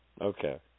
Okay